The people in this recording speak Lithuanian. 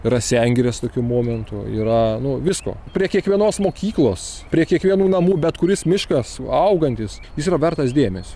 yra sengirės tokių momentų yra nu visko prie kiekvienos mokyklos prie kiekvienų namų bet kuris miškas augantis jis yra vertas dėmesio